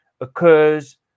occurs